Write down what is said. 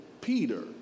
Peter